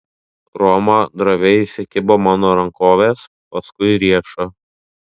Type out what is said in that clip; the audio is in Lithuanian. roma droviai įsikibo mano rankovės paskui riešo